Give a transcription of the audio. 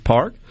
Park